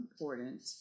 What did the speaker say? important